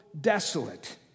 desolate